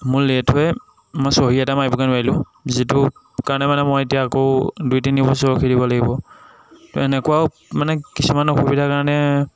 মোৰ লে'ট হৈ মই চহী এটা মাৰিবগৈ নোৱাৰিলোঁ যিটো কাৰণে মানে মই এতিয়া আকৌ দুই তিনিবছৰ ৰখি দিব লাগিব ত' এনেকুৱাও মানে কিছুমান অসুবিধাৰ কাৰণে